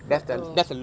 like oh